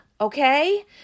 Okay